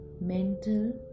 mental